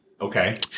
Okay